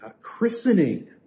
christening